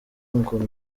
ngo